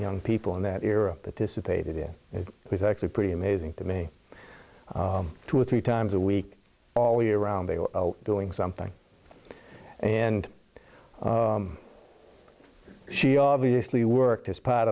young people in that era participated in it was actually pretty amazing to me two or three times a week all year round they were doing something and she obviously worked as part